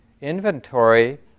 inventory